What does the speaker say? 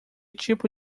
tipo